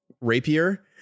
rapier